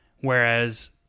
Whereas